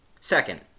Second